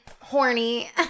horny